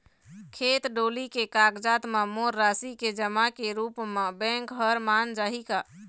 खेत डोली के कागजात म मोर राशि के जमा के रूप म बैंक हर मान जाही का?